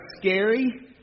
scary